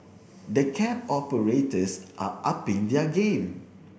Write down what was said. the cab operators are upping their game